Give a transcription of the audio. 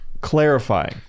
Clarifying